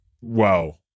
wow